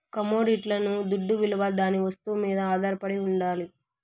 కమొడిటీస్ల దుడ్డవిలువ దాని వస్తువు మీద ఆధారపడి ఉండాలి